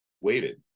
waited